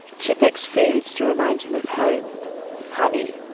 she picks foods to remind him of home honey,